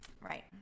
Right